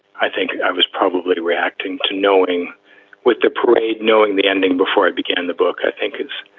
i think i was probably reacting to knowing with the parade, knowing the ending before it began in the book. i think it